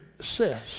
says